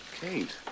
Kate